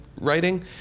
writing